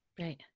Right